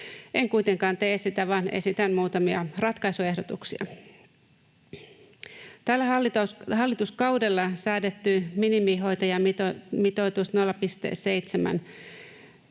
En kuitenkaan tee sitä, vaan esitän muutamia ratkaisuehdotuksia. Tällä hallituskaudella säädetty minimihoitajamitoitus 0,7